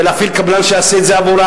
ולהפעיל קבלן שיעשה את זה עבורה,